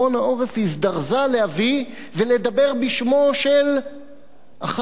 הזדרזה להביא ולדבר בשמו של אחז בן-ארי,